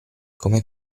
come